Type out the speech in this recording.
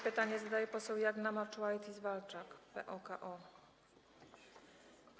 Pytanie zadaje poseł Jagna Marczułajtis-Walczak, PO-KO.